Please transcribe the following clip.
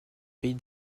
pays